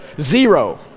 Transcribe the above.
zero